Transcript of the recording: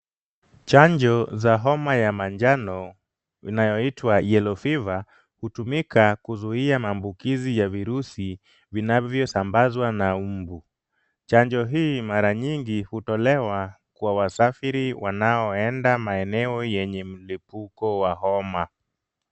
Chanjo za homa ya manjano inayoitwa "Yellow Fever" hutumika kuzuia maambukizi ya virusi vinavyosambazwa na mbu. Chanjo hii mara nyingi hutolewa kwa wasafiri wanaoenda kwenye maeneo yenye mlipuko wa homa.